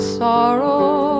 sorrow